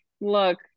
look